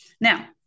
Now